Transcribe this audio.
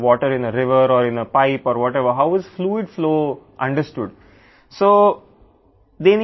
ఒక నదిలో లేదా పైపులో లేదా ప్లూయిడ్ ప్రవాహం ఎలా అర్థం చేసుకోబడుతుందో చెప్పండి